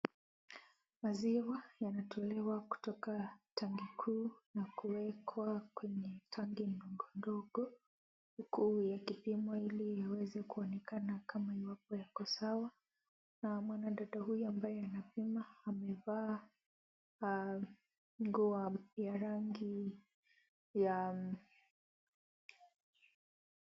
Maziwa yanatolewa kutoka tangi kuu na kuwekwa kwenye tangi ndogo ndogo huku yakipimwa ili yaweze kuonekana kama iwapo yako sawa. Na mwanadada huyu ambae anapima amevaa nguo ya rangi ya....